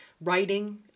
writing